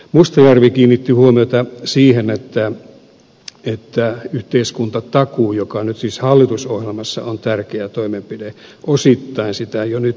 mustajärvi kiinnitti huomiota siihen että yhteiskuntatakuuta joka nyt siis hallitusohjelmassa on tärkeä toimenpide osittain jo nyt toteutetaan